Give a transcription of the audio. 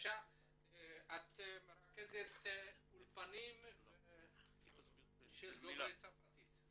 את מרכזת אולפנים לדוברי צרפתית.